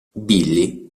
billy